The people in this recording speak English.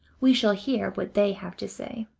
we shall hear what they have to say.